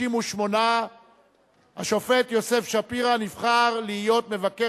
68. השופט יוסף שפירא נבחר להיות מבקר